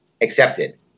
accepted